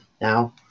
now